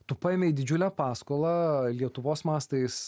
tu paėmei didžiulę paskolą lietuvos mastais